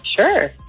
Sure